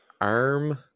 arm